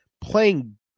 playing